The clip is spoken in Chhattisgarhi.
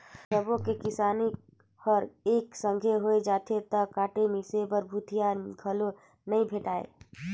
सबो के किसानी हर एके संघे होय जाथे त काटे मिसे बर भूथिहार घलो नइ भेंटाय